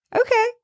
okay